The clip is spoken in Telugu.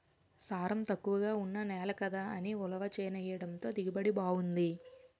సారం తక్కువగా ఉన్న నేల కదా అని ఉలవ చేనెయ్యడంతో దిగుబడి బావుంది